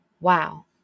Wow